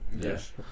Yes